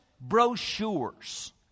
brochures